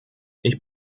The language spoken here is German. ich